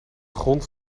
grond